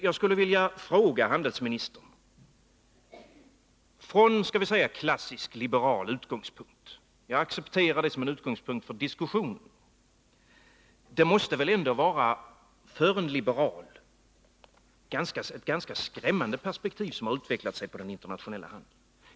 Jag skulle vilja fråga handelsministern: Från klassisk liberal utgångspunkt —-jag accepterar det som utgångspunkt för diskussionen — är det väl ett ganska skrämmande perspektiv som har utvecklat sig inom den internationella handeln?